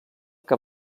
que